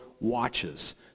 watches